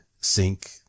sink